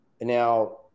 Now